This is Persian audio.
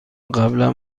قبلا